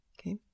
Okay